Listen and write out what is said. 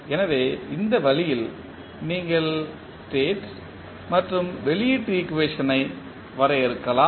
எனவே இந்த வழியில் நீங்கள் ஸ்டேட் மற்றும் வெளியீட்டு ஈக்குவேஷனை வரையறுக்கலாம்